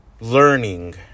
learning